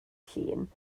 llun